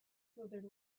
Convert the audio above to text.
slithered